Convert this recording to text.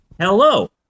Hello